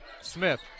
Smith